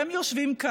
אותך,